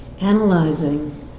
analyzing